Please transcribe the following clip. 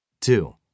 Two